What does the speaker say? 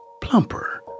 plumper